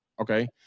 Okay